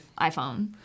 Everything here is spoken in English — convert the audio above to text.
iPhone